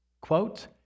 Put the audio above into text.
Quote